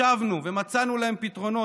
ישבנו ומצאנו להם פתרונות.